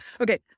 Okay